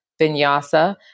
vinyasa